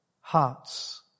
hearts